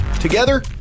together